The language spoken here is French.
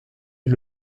est